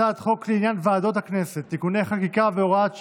הצעת חוק לעניין ועדות הכנסת (תיקוני חקיקה והוראת שעה),